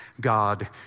God